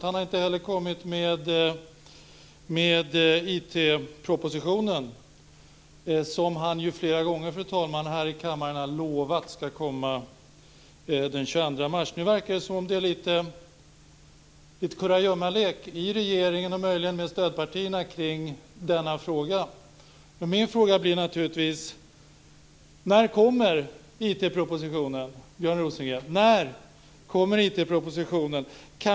Han har inte heller kommit med IT-propositionen, som han ju flera gånger, fru talman, här i kammaren har lovat ska komma den 22 mars. Min fråga blir naturligtvis: När kommer IT propositionen, Björn Rosengren?